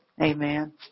amen